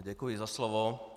Děkuji za slovo.